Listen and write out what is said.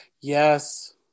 Yes